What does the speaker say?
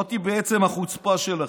זאת בעצם החוצפה שלכם.